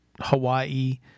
Hawaii